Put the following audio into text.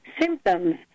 symptoms